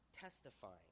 testifying